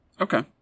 Okay